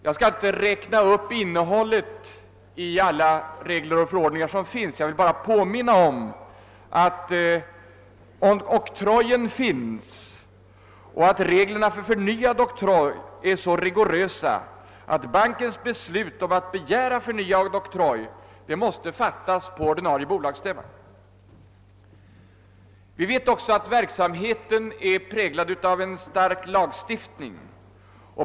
Jag skall inte räkna upp innehållet i alla regler och förordningar, jag vill bara påminna om att oktrojen finns och att reglerna för förnyad oktroj är så rigorösa att en banks beslut om att begära sådan måste fattas på ordinarie bolagsstämma. Vi vet också att bankverksamheten är präglad av en stark lagstiftning.